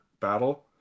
battle